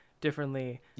differently